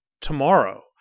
tomorrow